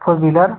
four wheeler